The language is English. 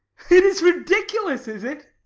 it is ridiculous, is it?